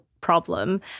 problem